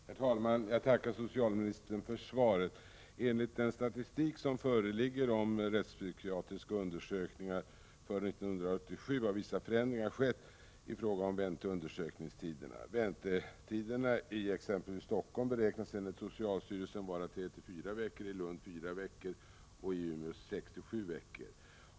Herr talman! Jag tackar socialministern för svaret. Enligt den statistik som föreligger om rättspsykiatriska undersökningar för 1987 har vissa förändringar skett i fråga om vänteoch undersökningstiderna. Väntetiderna i t.ex. Stockholm beräknas enligt socialstyrelsen vara 3—4 veckor, i Lund 4 veckor och i Umeå 6—7 veckor.